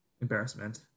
embarrassment